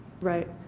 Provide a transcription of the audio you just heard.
right